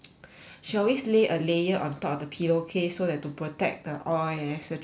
she always lay a layer on top of the pillow case so that to protect the oil and et cetera from